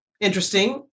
Interesting